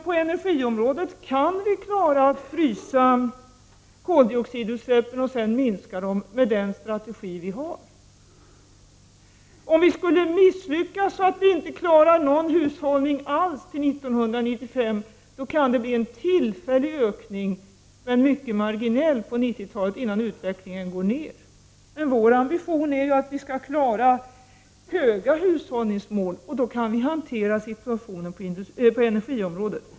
På energiområdet kan vi klara att frysa koldioxidutsläppen och sedan minska dem med den strategi vi har. Om vi skulle misslyckas, så att vi inte klarar någon hushållning alls till 1995 kan det bli en tillfällig, men mycket marginell ökning, på 90-talet, innan utvecklingen går ned. Men vår ambition är att vi skall klara höga hushållningsmål, och då kan vi hantera situationen på energiområdet.